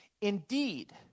Indeed